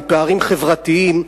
מפערים חברתיים,